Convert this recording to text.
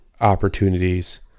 opportunities